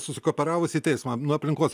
susikooperavus į teismą nuo aplinkos